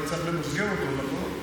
אבל צריך למסגר אותו נכון.